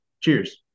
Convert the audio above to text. cheers